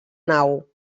nau